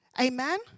Amen